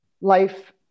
life